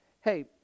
hey